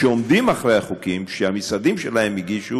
שעומדים מאחורי החוקים שהמשרדים שלהם, הגישו